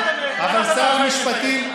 אבל שר המשפטים,